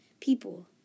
People